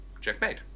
checkmate